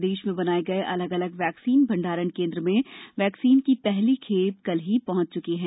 प्रदेश में बनाए गये अलग अलग वैक्सीन भंडारण केन्द्र में वैक्सीन की पहली खेप कल ही पहुंच चुकी है